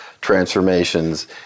transformations